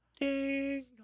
Ding